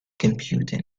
computing